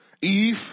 Eve